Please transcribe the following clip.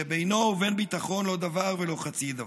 שבינו ובין ביטחון אין דבר ולא חצי דבר.